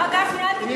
מר גפני, אל,